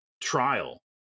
trial